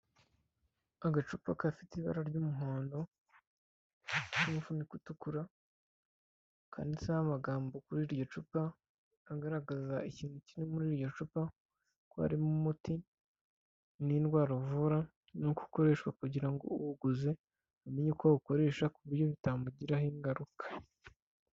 Agacupa gafite ibara ry'umuhondo n'umufuniko utukura, kanditseho amagambo kuri iryo cupa, agaragaza ikintu kiri muri iryo cupa, ko harimo umuti n'indwara uvura, nuko uko ukoreshwa kugira ngo uwuguze amenye uko awukoresha ku buryo bitamugiraho ingaruka.